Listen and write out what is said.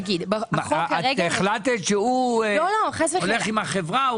הוא הולך עם החברה.